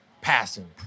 passing